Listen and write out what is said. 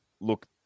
look